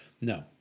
No